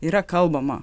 yra kalbama